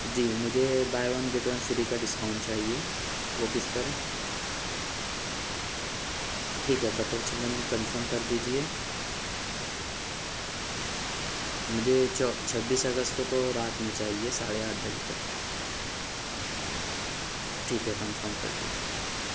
جی مجھے buy one get one free کا discount چاہیے وہ کس پر ہے ٹھیک ہے بٹر چکن کنفرم کر دیجیے مجھے چھبیس اگست کو رات میں چاہیے ساڑھے آٹھ بجے تک ٹھیک ہے کنفرم کر دیجیے